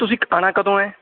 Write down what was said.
ਤੁਸੀਂ ਕ ਆਉਣਾ ਕਦੋਂ ਹੈ